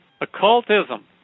occultism